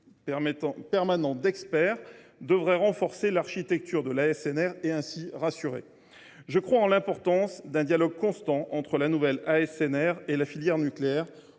permanents d’experts devraient renforcer l’architecture de l’ASNR, et ainsi rassurer. Je crois en l’importance d’un dialogue constant entre la nouvelle ASNR et la filière nucléaire,